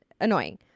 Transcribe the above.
Annoying